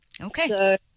Okay